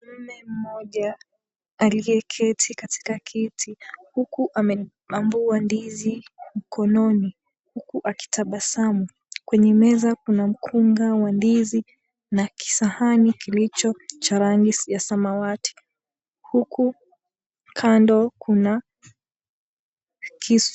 Mme mmoja aliyeketi katika kiti huku amebambua ndizi mkononi huku akitabasamu. Kwenye meza kuna mkunga wa ndizi na kisahani kilicho cha halisi ya samawati huku kando kuna kisu.